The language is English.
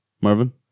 Marvin